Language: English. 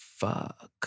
Fuck